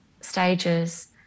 stages